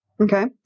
Okay